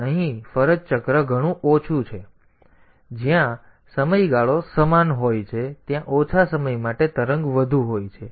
તેથી અહીં ફરજ ચક્ર ઘણું ઓછું છે કારણ કે જ્યાં સમયગાળો સમાન હોય છે ત્યાં ઓછા સમય માટે તરંગ વધુ હોય છે